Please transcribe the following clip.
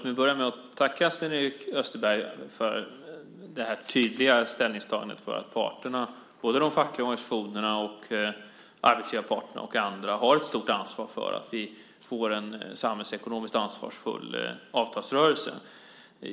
Fru talman! Låt mig börja med att tacka Sven-Erik Österberg för det tydliga ställningstagandet för att parterna - de fackliga organisationerna, arbetsgivarparterna och andra - har ett stort ansvar för att vi får en samhällsekonomiskt ansvarsfull avtalsrörelse.